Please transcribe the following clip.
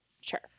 Sure